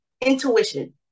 intuition